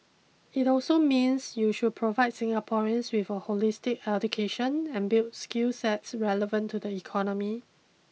it also means they should provide Singaporeans with a holistic education and build skill sets relevant to the economy